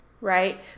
right